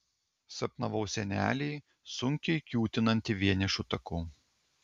sapnavau senelį sunkiai kiūtinantį vienišu taku